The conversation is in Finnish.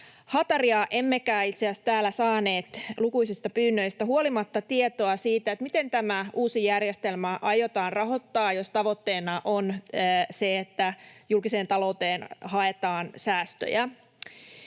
hataria emmekä itse asiassa täällä saaneet lukuisista pyynnöistä huolimatta tietoa siitä, miten tämä uusi järjestelmä aiotaan rahoittaa, jos tavoitteena on se, että julkiseen talouteen haetaan säästöjä.